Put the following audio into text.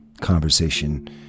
conversation